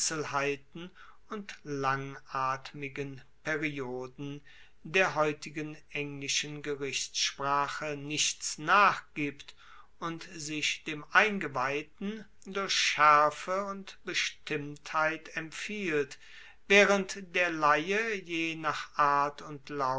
und langatmigen perioden der heutigen englischen gerichtssprache nichts nachgibt und sich dem eingeweihten durch schaerfe und bestimmtheit empfiehlt waehrend der laie je nach art und